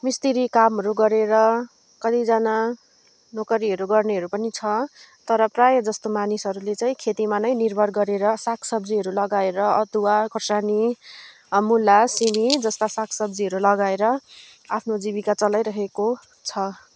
मिस्त्री कामहरू गरेर कतिजना नोकरीहरू गर्नेहरू पनि छ तर प्राय जस्तो मानिसहरूले चाहिँ खेतीमा नै निर्भर गरेर सागसब्जीहरू लगाएर अदुवा खोर्सानी मुला सिमी जस्ता सागसब्जीहरू लगाएर आफ्नो जीविका चलाइरहेको छ